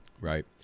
Right